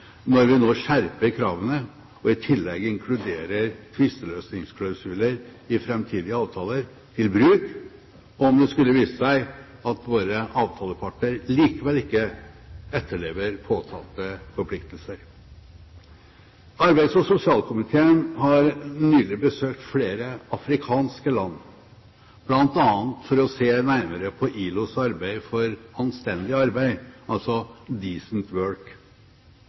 når vi nå skjerper kravene og i tillegg inkluderer tvisteløsningsklausuler i framtidige avtaler til bruk, om det skulle vise seg at våre avtaleparter likevel ikke etterlever påtatte forpliktelser. Arbeids- og sosialkomiteen har nylig besøkt flere afrikanske land bl.a. for å se nærmere på ILOs arbeid for anstendig arbeid, altså «decent work».